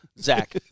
Zach